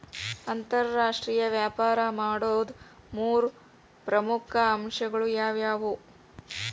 ಅಂತರಾಷ್ಟ್ರೇಯ ವ್ಯಾಪಾರ ಮಾಡೋದ್ ಮೂರ್ ಪ್ರಮುಖ ಅಂಶಗಳು ಯಾವ್ಯಾವು?